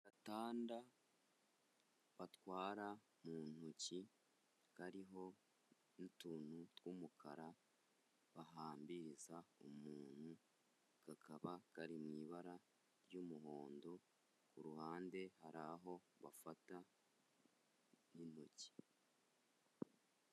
Agatanda batwara mu ntoki, kariho n'utuntu tw'umukara bahambiriza umuntu, kakaba kari mu ibara ry'umuhondo, ku ruhande hari aho bafata n'intoki.